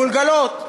גולגולות.